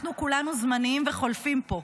אנחנו כולנו זמניים וחולפים פה,